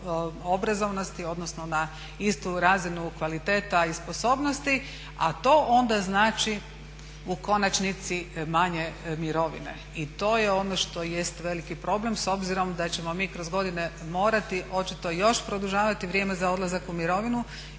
obrazovanosti odnosno na istu razinu kvaliteta i sposobnosti, a to onda znači u konačnici manje mirovine. I to je ono što jest veliki problem s obzirom da ćemo mi kroz godine morati očito još produžavati vrijeme za odlazak u mirovinu